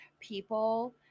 people